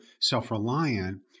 self-reliant